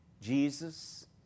Jesus